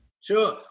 Sure